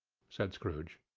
said scrooge,